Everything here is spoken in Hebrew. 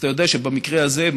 אתה יודע שבמקרה הזה,